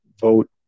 vote